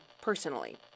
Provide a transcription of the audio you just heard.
personally